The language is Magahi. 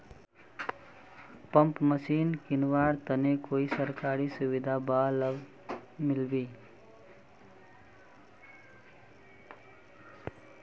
पंप मशीन किनवार तने कोई सरकारी सुविधा बा लव मिल्बी?